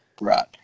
Right